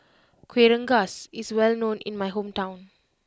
Kueh Rengas is well known in my hometown